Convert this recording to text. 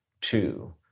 Two